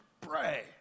pray